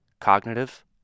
cognitive